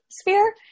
sphere